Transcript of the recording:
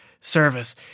service